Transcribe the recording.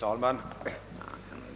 Herr talman!